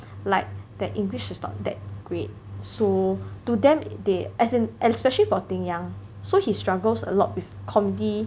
like their English is not that great so to them they as in especially for Ding Yang so he struggles a lot with community